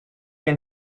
can